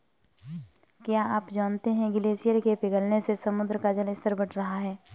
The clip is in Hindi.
क्या आप जानते है ग्लेशियर के पिघलने से समुद्र का जल स्तर बढ़ रहा है?